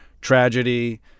tragedy